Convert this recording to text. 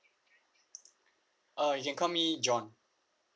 uh you can call me john